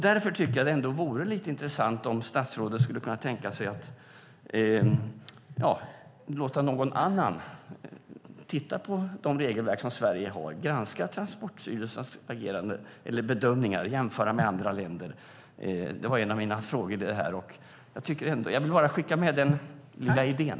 Därför vore det lite intressant om statsrådet skulle kunna tänka sig att låta någon annan titta på de regelverk som Sverige har, granska Transportstyrelsens bedömningar och jämföra med andra länder. Det var en av mina frågor. Jag vill skicka med den lilla idén.